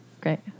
Great